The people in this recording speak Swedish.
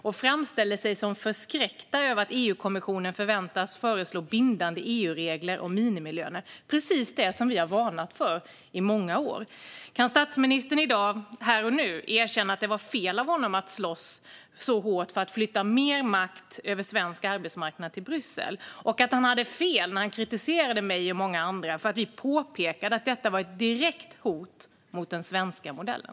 Man framställer sig som förskräckta över att EU-kommissionen väntas föreslå bindande EU-regler om minimilöner. Det är ju precis detta som vi har varnat för i många år! Kan statsministern i dag här och nu erkänna att det var fel av honom att slåss så hårt för att flytta mer makt över svensk arbetsmarknad till Bryssel och att han hade fel när han kritiserade mig och många andra för att vi påpekade att detta var ett direkt hot mot den svenska modellen?